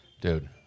dude